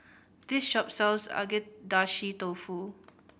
this shop sells Agedashi Dofu